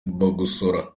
bagosora